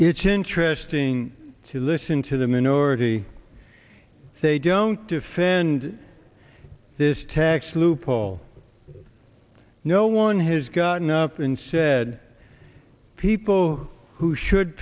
it's interesting to listen to the minority say don't defend this tax loophole no one has gotten up and said people who should